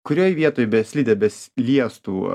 kurioj vietoj be slidė besiliestų